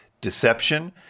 deception